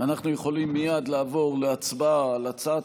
אנחנו יכולים מייד לעבור להצבעה על הצעת